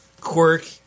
quirk